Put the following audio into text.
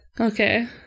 Okay